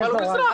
אבל הוא אזרח.